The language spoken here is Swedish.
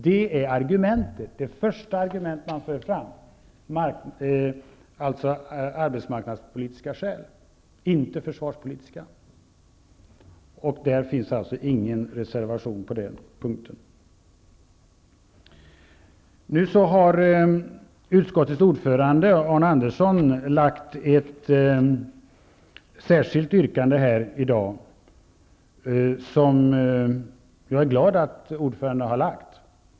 Det är det första argument man för fram -- alltså ett arbetsmarknadspolitiskt, inte försvarspolitiskt, skäl. På den punkten finns ingen reservation. Utskottets ordförande, Arne Andersson, har här i dag lagt fram ett särskilt yrkande, och det är jag glad över att han har gjort.